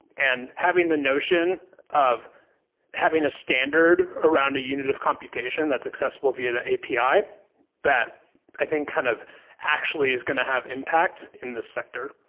and having the notion of having a standard around a unit of computation that's accessible via the api that i think kind of actually is going to have impact in this sector.